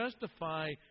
justify